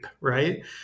right